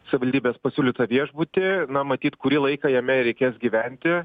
savivaldybės pasiūlytą viešbutį na matyt kurį laiką jame reikės gyventi